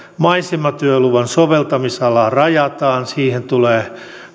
maisematyöluvan soveltamisalaa rajataan siihen tulee